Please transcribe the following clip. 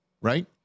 right